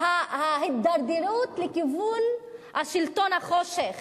ההידרדרות לכיוון שלטון החושך.